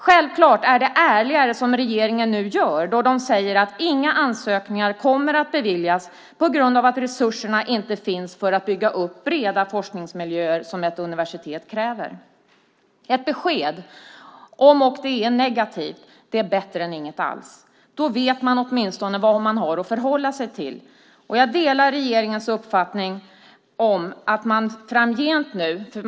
Självklart är det ärligare, som regeringen nu gör, att säga att inga ansökningar kommer att beviljas på grund av att resurserna inte finns för att bygga upp de breda forskningsmiljöer som ett universitet kräver. Ett besked, även om det är negativt, är bättre än inget alls. Då vet man åtminstone vad man har att förhålla sig till. Jag delar regeringens uppfattning om vad som ska hända framgent.